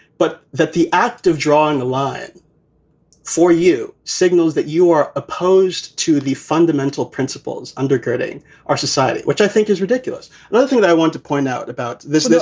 but that the act of drawing the line for you signals that you are opposed to the fundamental principles undergirding our society, which i think is ridiculous. one thing that i want to point out about this is there's